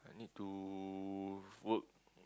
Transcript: I need to work